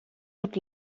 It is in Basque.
dut